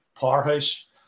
powerhouse